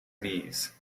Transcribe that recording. knees